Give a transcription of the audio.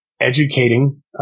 educating